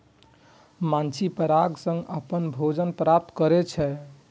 माछी पराग सं अपन भोजन प्राप्त करै छै